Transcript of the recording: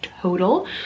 total